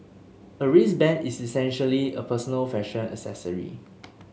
a wristband is essentially a personal fashion accessory